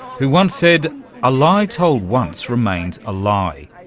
who once said a lie told once remains a lie,